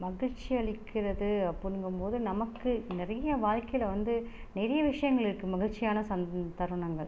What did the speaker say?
மகிழ்ச்சி அளிக்கிறது அப்படிங்கும் போது நமக்கு நிறையா வாழ்க்கையில் வந்து நிறைய விஷயங்கள் இருக்குது மகிழ்ச்சியான தருணங்கள்